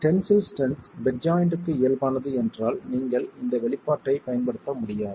tensile strength butt ஜாய்ண்ட்க்கு இயல்பானதுஎன்றால் நீங்கள் இந்த வெளிப்பாட்டைப் பயன்படுத்த முடியாது